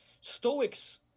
Stoics